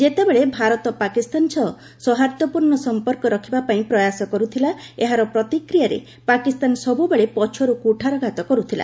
ଯେତେବେଳେ ଭାରତ ପାକିସ୍ତାନ ସହ ସୌହାଦ୍ଦର୍ଯ୍ୟପୂର୍ଣ୍ଣ ସମ୍ପର୍କ ରଖିବାପାଇଁ ପ୍ରୟାସ କରୁଥିଲା ଏହାର ପ୍ରତିକ୍ରିୟାରେ ପାକିସ୍ତାନ ସବୁବେଳେ ପଛରୁ କୁଠାରଘାତ କରୁଥିଲା